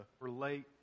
relate